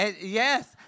Yes